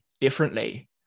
differently